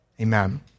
Amen